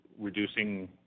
reducing